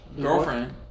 girlfriend